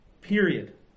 period